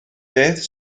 beth